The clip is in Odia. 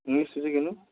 ମିଶିଛୁ କେନୁ